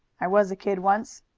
i was a kid once.